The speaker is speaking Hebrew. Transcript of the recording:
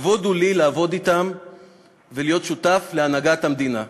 כבוד הוא לי לעבוד אתם ולהיות שותף להנהגת המדינה.